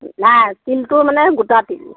নাই তিলটো মানে গোটা তিল